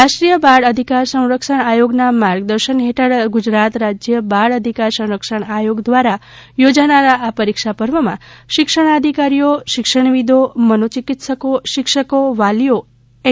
રાષ્ટ્રીય બાળ અધિકાર સંરક્ષણ આયોગના માર્ગદર્શન હેઠળ ગુજરાત રાજ્ય બાળ અધિકાર સંરક્ષણ આયોગ દ્વારા યોજાનાર આ પરીક્ષા પર્વમાં શિક્ષણાધિકારીઓ શિક્ષણવિદો મનોચિકિત્સકો શિક્ષકો વાલીઓ એન